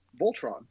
Voltron